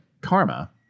karma